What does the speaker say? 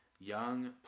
young